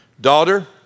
Daughter